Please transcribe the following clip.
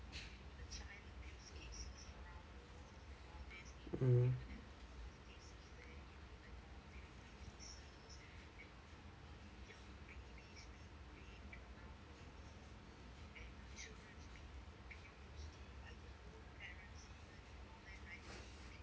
mm